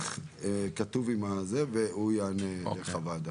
כתוב עם זה, והוא יענה בחוות דעת.